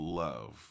love